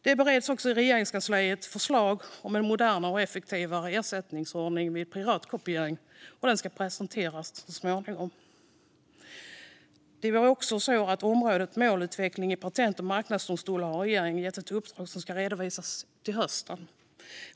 Det bereds också i Regeringskansliet förslag om en modernare och effektivare ersättningsordning vid privatkopiering, och förslaget ska presenteras så småningom. Även på området målutveckling i patent och marknadsdomstolar har regeringen gett ett uppdrag som ska redovisas till hösten.